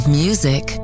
music